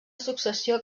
successió